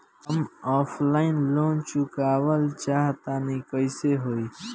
हम offline loan चुकावल चाहऽ तनि कइसे होई?